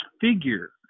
figure